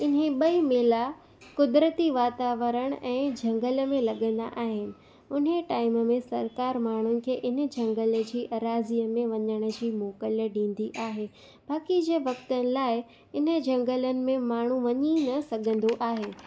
इहे ॿई मेला कुदिरती वातावरण ऐं झंगल में लॻंदा आहिनि उन्हीअ टाइम में सरकार माण्हुनि खे इन झंगल जी एराजीअ में वञण जी मोकल ॾींदी आहे बाक़ी जे वक़्ति लाइ इन्हनि झंगलनि में माण्हू वञी न सघंदो आहे